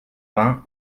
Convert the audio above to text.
vingt